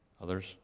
Others